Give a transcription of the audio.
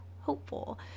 hopeful